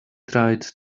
tried